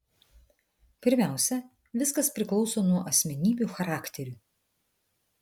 pirmiausia viskas priklauso nuo asmenybių charakterių